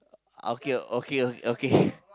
okay okay okay